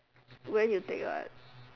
where you take one